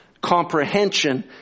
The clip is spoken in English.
comprehension